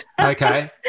Okay